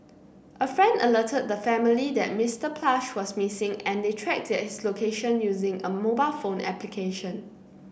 a friend alerted the family that Mr Plush was missing and they tracked his location using a mobile phone application